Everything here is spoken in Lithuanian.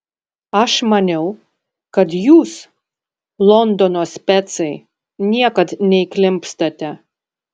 aš maniau kad jūs londono specai niekad neįklimpstate